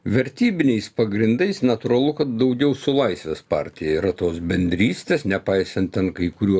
vertybiniais pagrindais natūralu kad daugiau su laisvės partija yra tos bendrystės nepaisant ten kai kurių